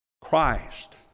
Christ